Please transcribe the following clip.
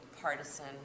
partisan